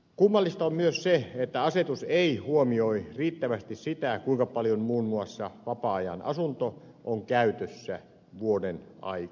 kummallista on myös se että asetus ei huomioi riittävästi sitä kuinka paljon muun muassa vapaa ajan asunto on käytössä vuoden aikana